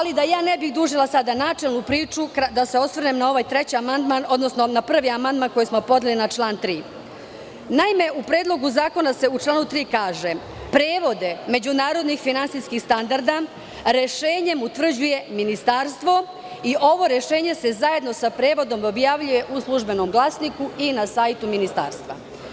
Da ne bih dužila sada načelnu priču, da se osvrnem na ovaj treći amandman, odnosno na prvi amandman koji smo podneli na član 3. Naime, u Predlogu zakona u članu 3. se kaže – prevode međunarodnih finansijskih standarda rešenjem utvrđuje Ministarstvo i ovo rešenje se zajedno sa prevodom objavljuje u "Službenom glasniku" i na sajtu Ministarstva.